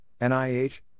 NIH